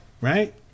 Right